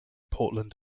portland